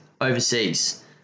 overseas